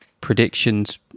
predictions